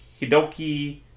Hidoki